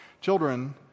Children